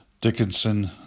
Dickinson